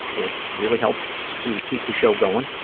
it really helps to keep the show going,